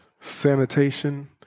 sanitation